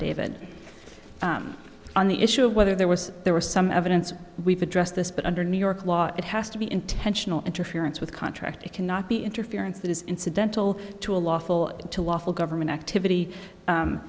it on the issue of whether there was there was some evidence we've addressed this but under new york law it has to be intentional interference with contract it cannot be interference that is incidental to a lawful to lawful government activity